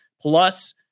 plus